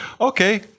okay